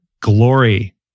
Glory